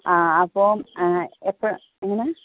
ആ അപ്പോൾ എപ്പം എങ്ങനെ